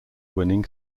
winning